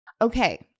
Okay